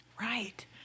Right